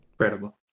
incredible